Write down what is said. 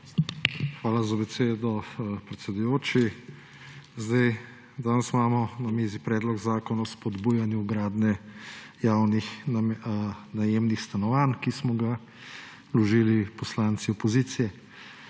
Hvala za besedo, predsedujoči. Danes imamo na mizi Predlog zakona o spodbujanju gradnje javnih najemnih stanovanj, ki smo ga vložili poslanci opozicije.